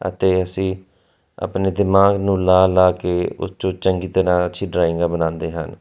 ਅਤੇ ਅਸੀਂ ਆਪਣੇ ਦਿਮਾਗ ਨੂੰ ਲਾ ਲਾ ਕੇ ਉਸ 'ਚੋਂ ਚੰਗੀ ਤਰ੍ਹਾਂ ਅੱਛੀ ਡਰਾਇੰਗਾਂ ਬਣਾਉਂਦੇ ਹਾਂ